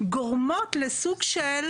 גורמות לסוג של